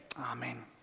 Amen